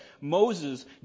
Moses